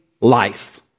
life